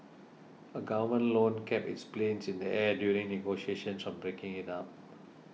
a government loan kept its planes in the air during negotiations on breaking it up